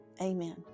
Amen